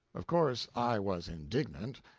of course, i was indignant,